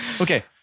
Okay